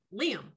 Liam